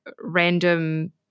random